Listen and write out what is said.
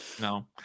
No